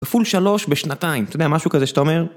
כפול שלוש בשנתיים. אתה יודע, משהו כזה שאתה אומר...